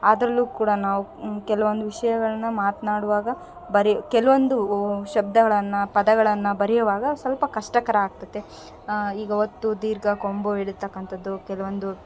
ಅದರಲ್ಲೂ ಕೂಡ ನಾವು ಕೆಲವೊಂದು ವಿಷಯಗಳ್ನ ಮಾತನಾಡುವಾಗ ಬರಿ ಕೆಲವೊಂದು ಓ ಶಬ್ದಗಳನ್ನು ಪದಗಳನ್ನು ಬರೆಯುವಾಗ ಸ್ವಲ್ಪ ಕಷ್ಟಕರ ಆಗ್ತತೆ ಈಗ ಒತ್ತು ದೀರ್ಘ ಕೊಂಬು ಎಳಿತಕ್ಕಂಥದ್ದು ಕೆಲವೊಂದು